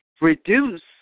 reduce